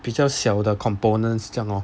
比较小的 components 这样 lor